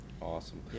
Awesome